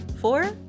four